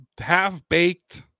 half-baked